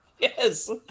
Yes